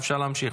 אפשר להמשיך,